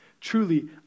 truly